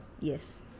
yes